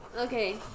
Okay